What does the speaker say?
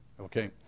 Okay